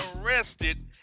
arrested